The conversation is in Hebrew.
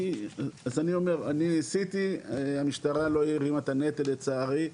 אז אני ניסיתי, המשטרה לא הרימה את הנטל לצערי,